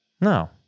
No